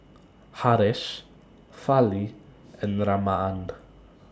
Haresh Fali and Ramanand